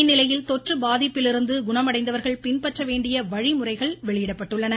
இந்நிலையில் தொற்று பாதிப்பிலிருந்து குணமடைந்தவர்கள் பின்பற்ற வேண்டிய வழிமுறைகள் வெளியிடப்பட்டுள்ளன